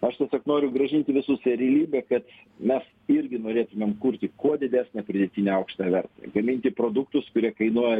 aš tiesiog noriu grąžinti visus į realybę kad mes irgi norėtumėm kurti kuo didesnę pridėtinę aukštąją vertę gaminti produktus kurie kainuoja